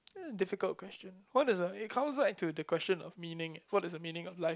uh difficult question what is the it comes back to the question of meaning eh what is the meaning of life